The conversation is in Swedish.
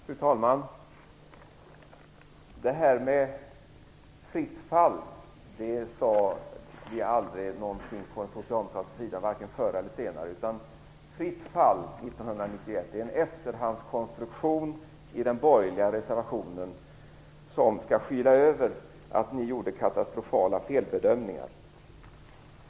Fru talman! Från socialdemokratisk sida har vi aldrig talat om fritt fall, varken förr eller senare. Fritt fall 1991 är en efterhandskonstruktion i den borgerliga reservationen som skall skyla över att ni gjorde katastrofala felbedömningar.